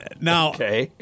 Now